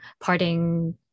parting